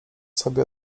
sobie